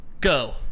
go